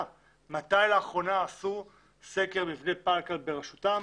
מתי לאחרונה עשו סקר מבני פלקל ברשותם.